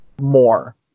more